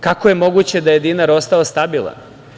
Kako je moguće da je dinar ostao stabilan?